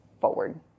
forward